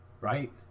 Right